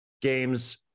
games